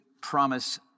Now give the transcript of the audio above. promise